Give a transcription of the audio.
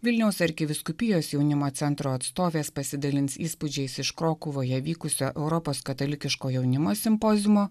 vilniaus arkivyskupijos jaunimo centro atstovės pasidalins įspūdžiais iš krokuvoje vykusio europos katalikiško jaunimo simpoziumo